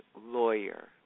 lawyer